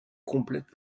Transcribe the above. complète